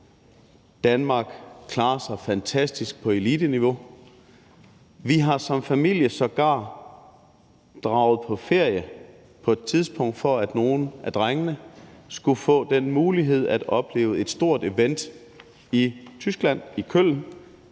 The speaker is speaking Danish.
Danmark klarer sig fantastisk på eliteniveau. Vi har som familie på et tidspunkt sågar draget på ferie, for at nogle af drengene skulle få den mulighed at opleve et stort event i Tyskland, i Köln.